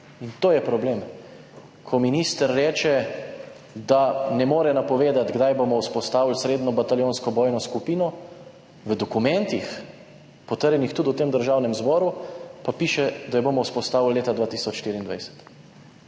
In to je problem, ko minister reče, da ne more napovedati, kdaj bomo vzpostavili srednjo bataljonsko bojno skupino. V dokumentih, potrjenih tudi v Državnem zboru, pa piše, da jo bomo vzpostavili leta 2024.